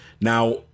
now